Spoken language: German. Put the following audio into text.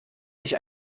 sich